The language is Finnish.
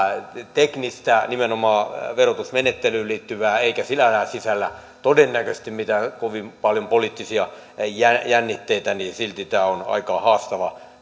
teknistä nimenomaan verotusmenettelyyn liittyvää eikä sinällään sisällä todennäköisesti kovin paljon mitään poliittisia jännitteitä silti tämä on aika haastava